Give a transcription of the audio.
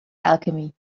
alchemy